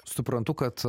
suprantu kad